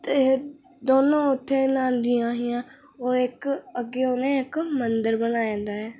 ते दौनों उत्थें न्हांदियां हियां होर अग्गै इक्क उ'नें मंदर बनाए दा ऐ